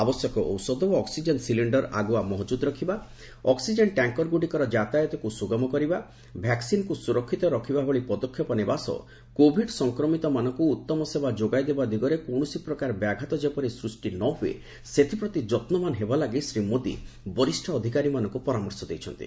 ଆବଶ୍ୟକ ଔଷଧ ଓ ଅକ୍ଟିଜେନ୍ ସିଲିଣ୍ଡର ଆଗୁଆ ମହକୁଦ୍ ରଖିବା ଅକ୍ଟିଜେନ୍ ଟ୍ୟାଙ୍କର୍ଗୁଡ଼ିକର ଯାତାୟାତକୁ ସୁଗମ କରିବା ଭାକ୍ୱିନ୍କୁ ସୁରକ୍ଷିତ ରଖିବା ଭଳି ପଦକ୍ଷେପ ନେବା ସହ କୋଭିଡ୍ ସଂକ୍ରମିତମାନଙ୍କୁ ଉତ୍ତମ ସେବା ଯୋଗାଇଦେବା ଦିଗରେ କୌଣସି ପ୍ରକାର ବ୍ୟାଘାତ ଯେପରି ସୂଷ୍ଟି ନ ହୁଏ ସେଥିପ୍ରତି ଯତ୍ନବାନ୍ ହେବା ଲାଗି ଶ୍ରୀ ମୋଦି ବରିଷ୍ଣ ଅଧିକାରୀମାନଙ୍କୁ ପରାମର୍ଶ ଦେଇଛନ୍ତି